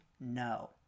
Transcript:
No